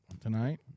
Tonight